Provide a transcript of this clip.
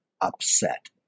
upset